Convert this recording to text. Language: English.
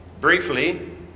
Briefly